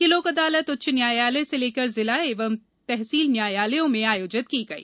यह लोक अदालत उच्च न्यायालय से लेकर जिला एवं तहसील न्यायालयों में आयोजित की गई